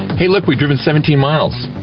hey, look, we've driven seventeen miles.